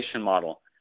model